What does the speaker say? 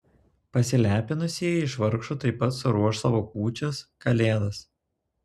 pasipelniusieji iš vargšų taip pat suruoš savo kūčias kalėdas